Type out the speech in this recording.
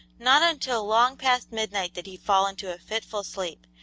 not until long past midnight did he fall into a fitful sleep.